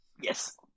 Yes